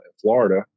Florida